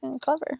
clever